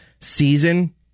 season